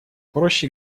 проще